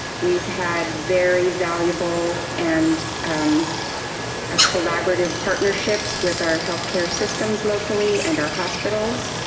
we've had very valuable and um a collaborative partnerships with our healthcare systems locally and our hospitals.